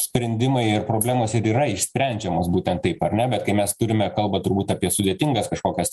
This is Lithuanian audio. sprendimai ir problemos ir yra išsprendžiamos būtent taip ar ne bet kai mes turime kalba turbūt apie sudėtingas kažkokias